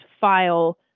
file